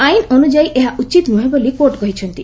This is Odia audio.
ଆଇନ୍ ଅନୁଯାୟୀ ଏହା ଉଚିତ୍ ନୁହେଁ ବୋଲି କୋର୍ଟ କହିଛନ୍ତି